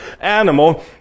animal